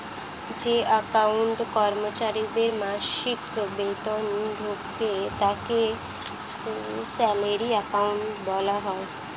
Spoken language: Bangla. যে অ্যাকাউন্টে কর্মচারীদের মাসিক বেতন ঢোকে তাকে স্যালারি অ্যাকাউন্ট বলা হয়